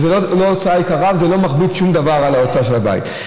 זו לא הוצאה יקרה וזה לא מכביד בשום דבר על הוצאות הבית.